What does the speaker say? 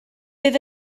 bydd